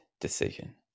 decision